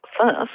first